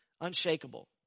unshakable